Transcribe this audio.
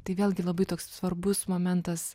tai vėlgi labai toks svarbus momentas